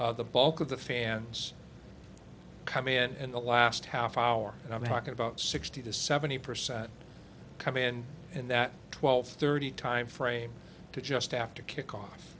the bulk of the fans come in and the last half hour and i'm talking about sixty to seventy percent come in and that twelve thirty time frame to just after kickoff